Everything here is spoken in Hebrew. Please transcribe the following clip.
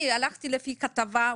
אני הלכתי לפי הכתבה,